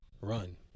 run